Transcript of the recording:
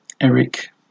Eric